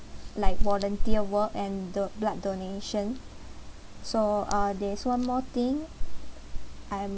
like volunteer work and the blood donation so uh there's one more thing I'm